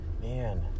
Man